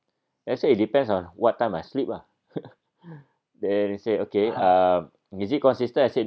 I said it depends on what time I sleep lah then he said okay is it consistent I said